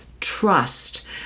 trust